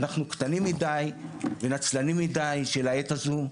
אנחנו קטנים מידי ונצלנים מידי של העת הזו,